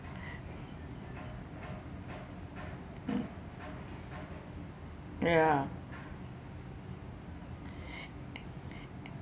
ya